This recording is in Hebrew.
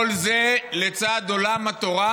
כל זה לצד עולם התורה,